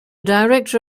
director